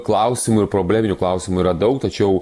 klausimų ir probleminių klausimų yra daug tačiau